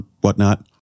whatnot